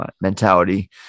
mentality